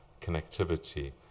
connectivity